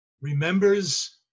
remembers